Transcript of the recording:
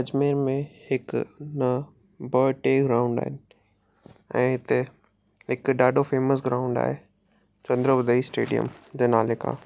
अजमेर में हिकु न ब टे राउंड आहिनि ऐं हिते हिकु ॾाढो फ़ेमस ग्राउंड आहे चंद बरदाई स्टेडियम जे नाले खां